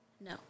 No